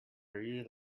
really